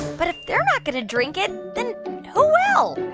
but if they're not going to drink it, then who will?